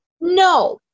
No